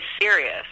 serious